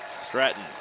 Stratton